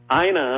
Aina